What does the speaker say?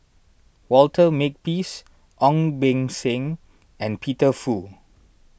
Walter Makepeace Ong Beng Seng and Peter Fu